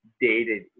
dated